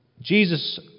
Jesus